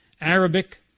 Arabic